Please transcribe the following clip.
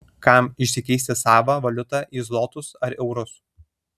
kam išsikeisti savą valiutą į zlotus ar eurus